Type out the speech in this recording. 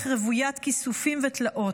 רווית כיסופים ותלאות: